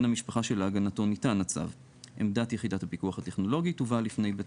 המשפחה שלהגנתו ניתן הצו; עמדת יחידת הפיקוח הטכנולוגי תובא בפני בית